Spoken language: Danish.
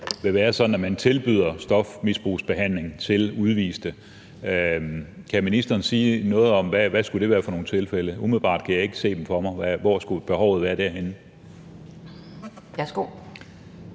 vil være sådan, at man tilbyder stofmisbrugsbehandling til udviste. Kan ministeren sige noget om, hvad det skulle være for nogle tilfælde? Umiddelbart kan jeg ikke se dem for mig. Hvorhenne skulle behovet være for dette?